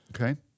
Okay